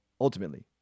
ultimately